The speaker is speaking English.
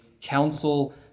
council